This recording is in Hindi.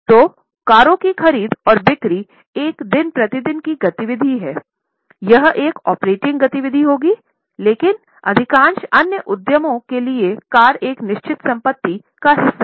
तो कारों की ख़रीद और बिक्री एक दिन प्रतिदिन की गति विधि हैं यह एक ऑपरेटिंग गति विधि होगी लेकिन अधिकांश अन्य उद्यमों के लिए कार एक निश्चित संपत्ति का हिस्सा है